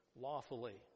lawfully